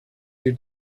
you